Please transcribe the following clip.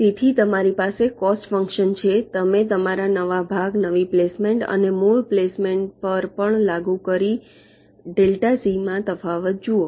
તેથી તમારી પાસે કોસ્ટ ફંક્શન છે તમે તમારા નવા ભાગ નવી પ્લેસમેન્ટ અને મૂળ પ્લેસમેન્ટ પર પણ લાગુ કરી અને માં તફાવત જુઓ